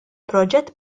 proġett